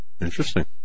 Interesting